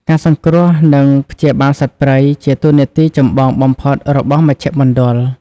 ការសង្គ្រោះ និងព្យាបាលសត្វព្រៃ ជាតួនាទីចម្បងបំផុតរបស់មជ្ឈមណ្ឌល។